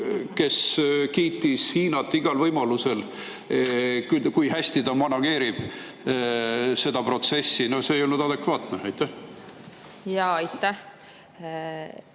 kiitis Hiinat igal võimalusel, kui hästi ta manageerib seda protsessi. No see ei olnud adekvaatne. Küsin lugupeetud